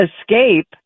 escape